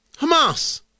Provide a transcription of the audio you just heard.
Hamas